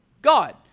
God